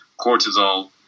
cortisol